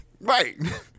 Right